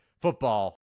football